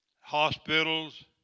hospitals